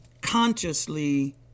consciously